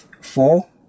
four